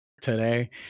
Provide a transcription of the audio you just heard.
today